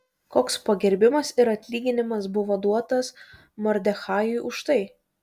koks pagerbimas ir atlyginimas buvo duotas mordechajui už tai